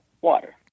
water